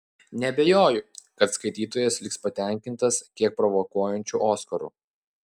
neabejoju kad skaitytojas liks patenkintas kiek provokuojančiu oskaru